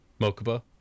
Mokuba